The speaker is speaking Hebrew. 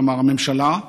כלומר הממשלה,